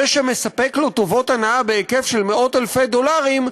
זה שמספק לו טובות הנאה בהיקף מאות-אלפי דולרים,